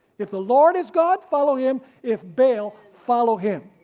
if the lord is god follow him, if baal follow him.